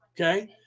Okay